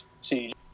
see